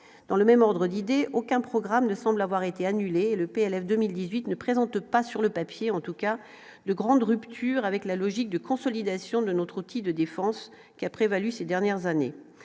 dans le même ordre d'idée, aucun programme ne semble avoir été annulée le PLF 2018 ne présentent pas sur le papier en tout cas le grande rupture avec la logique de consolidation de notre outil de défense qui a prévalu ces dernières années